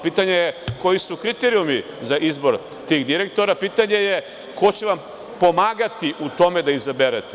Pitanje je koji su kriterijumi za izbor tih direktora i pitanje je ko će vam pomagati u tome da izaberete?